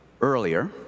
Earlier